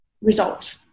result